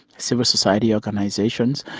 civil society organisations,